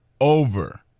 over